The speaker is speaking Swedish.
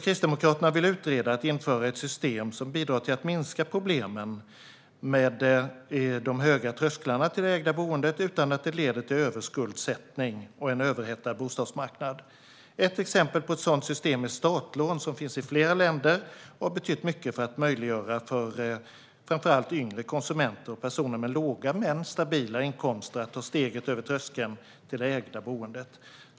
Kristdemokraterna vill utreda möjligheten att införa ett system som bidrar till att minska problemen med de höga trösklarna till det ägda boendet utan att det leder till överskuldsättning och en överhettad bostadsmarknad. Ett exempel på ett sådant system är startlån som finns i flera länder och har betytt mycket för att möjliggöra för framför allt yngre konsumenter och personer med låga men stabila inkomster att ta steget över tröskeln till det ägda boendet.